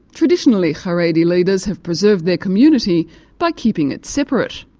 traditionally haredi leaders have preserved their community by keeping it separate.